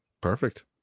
Perfect